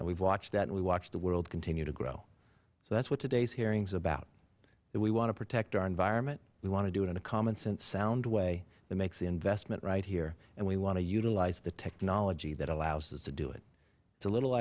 and we've watched that and we watch the world continue to grow that's what today's hearing is about we want to protect our environment we want to do it in a common sense sound way that makes the investment right here and we want to utilize the technology that allows us to do it it's a little